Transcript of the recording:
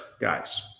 guys